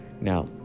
Now